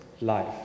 life